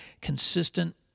consistent